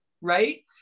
right